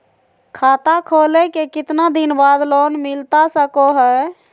खाता खोले के कितना दिन बाद लोन मिलता सको है?